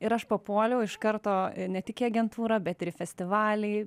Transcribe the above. ir aš papuoliau iš karto ne tik į agentūrą bet ir į festivalį